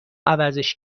عوضش